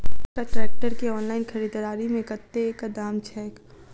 छोटका ट्रैक्टर केँ ऑनलाइन खरीददारी मे कतेक दाम छैक?